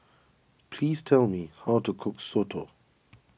please tell me how to cook Soto